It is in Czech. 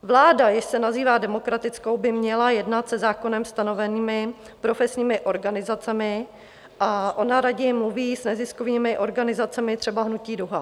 Vláda, jež se nazývá demokratickou, by měla jednat se zákonem stanovenými profesními organizacemi a ona raději mluví s neziskovými organizacemi, třeba hnutí DUHA.